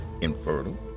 infertile